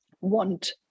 want